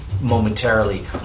momentarily